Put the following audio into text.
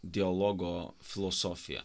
dialogo filosofija